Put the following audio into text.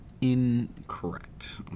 incorrect